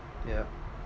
yeah